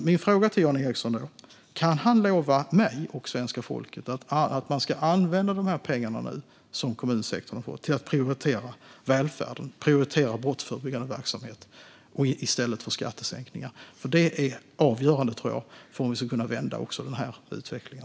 Min fråga till Jan Ericson är: Kan Jan Ericson lova mig och svenska folket att man kommer att använda de pengar som kommunsektorn har fått till att prioritera välfärden och den brottsförebyggande verksamheten i stället för skattesänkningar? Det är avgörande, tror jag, för att vi ska kunna vända den här utvecklingen.